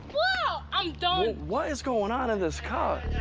wow. i'm done. what is going on in this car?